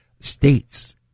states